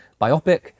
biopic